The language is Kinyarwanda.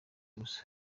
gusa